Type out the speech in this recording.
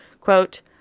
Quote